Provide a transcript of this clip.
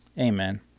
Amen